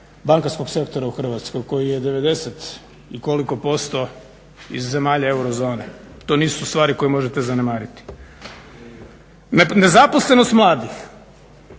bankarskog sektora u Hrvatskoj koji je 90 i koliko posto iz zemalja eurozone. To nisu stvari koje možete zanemariti. Nezaposlenost mladih